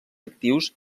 actius